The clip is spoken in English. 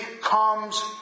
comes